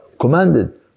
commanded